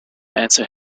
answer